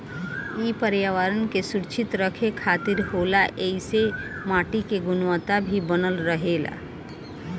इ पर्यावरण के सुरक्षित रखे खातिर होला ऐइसे माटी के गुणवता भी बनल रहेला